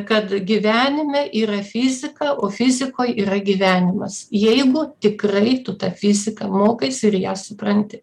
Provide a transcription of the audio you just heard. kad gyvenime yra fizika o fizikoj yra gyvenimas jeigu tikrai tikrai tu tą fiziką mokaisi ir ją supranti